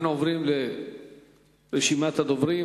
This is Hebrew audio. אנחנו עוברים לרשימת הדוברים.